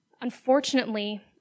unfortunately